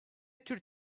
tür